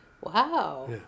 Wow